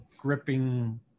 gripping